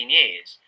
years